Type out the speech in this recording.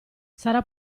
sarà